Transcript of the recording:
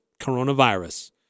coronavirus